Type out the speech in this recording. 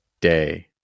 day